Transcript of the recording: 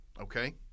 Okay